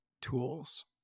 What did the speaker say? tools